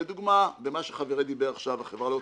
לדוגמה במה שחברי דיבר עכשיו, החברה לאוטומציה.